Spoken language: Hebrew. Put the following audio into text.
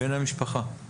בן המשפחה.